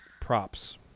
props